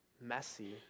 messy